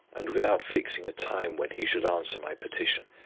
and without fixing a time when he should answer my petition.